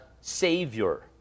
savior